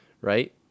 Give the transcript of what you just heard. right